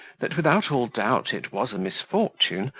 that without all doubt it was a misfortune,